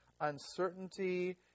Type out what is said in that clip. uncertainty